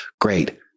great